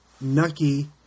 Nucky